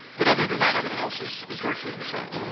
but other than that, everything else is is virtually the same.